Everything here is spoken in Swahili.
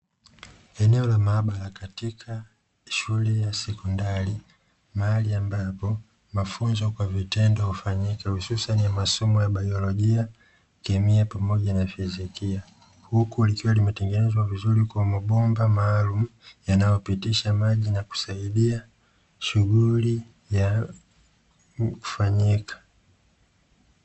Eneo la maabara katika shule ya sekondari mahali ambapo mafunzo kwa vitendo hufanyika, hususani ya masomo ya baiyolojia, kemia pamoja na fizikia. Huku likiwa limetengenezwa vizuri kwa mabomba maalumu yanayopitisha maji na kusaidia shughuli kufanyika.